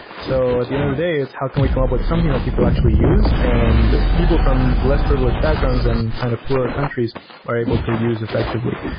so at the end of the day, it's how can we come up with something that people actually use and people from less privileged backgrounds and kind of poorer countries are able to use effectively.